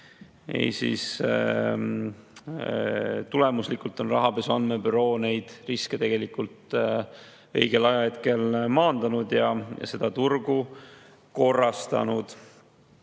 ja kui tulemuslikult on Rahapesu Andmebüroo neid riske õigel ajahetkel maandanud ja seda turgu korrastanud.